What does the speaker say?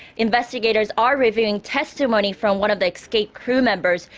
investigators are reviewing testimony from one of the escaped crew members.